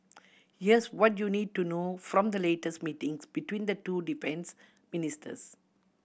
here's what you need to know from the latest meetings between the two defence ministers